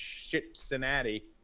Cincinnati